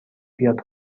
بیاد